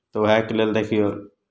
तऽ उएहके लेल देखियौ